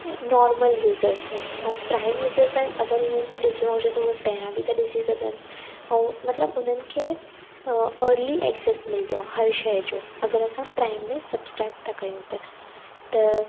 normal users लाइ ऐं prime users लाइ अगरि उन्हनि खे ॾिसणो हुजे त उहे पहिरां बि था ॾिसी सघनि ऐं मतिलबु उन्हनि खे अ अर्ली एक्सेस मिलंदो आहे हर शइ जो अगरि असां प्राइम में सब्सक्राइब था कयूं त त